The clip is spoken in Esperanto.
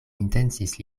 intencis